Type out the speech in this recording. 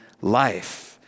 life